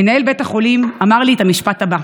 מנהל בית החולים אמר לי את המשפט הבא: